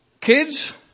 kids